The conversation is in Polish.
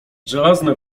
żelazne